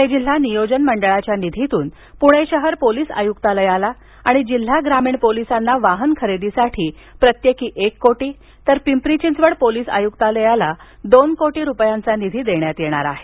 पूणे जिल्हा नियोजन मंडळाच्या निधीतून पूणे शहर पोलीस आयुक्रालयाला आणि जिल्हा ग्रामीण पोलीसांना वाहन खरेदीसाठी प्रत्येकी एक कोटी तर पिंपरी चिंचवड पोलीस आयूकालयाला दोन कोटी रुपयांचा निधी देण्यात येणार आहे